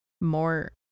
more